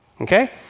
okay